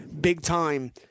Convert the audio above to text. big-time